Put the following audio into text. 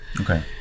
Okay